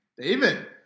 David